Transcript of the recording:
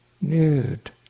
nude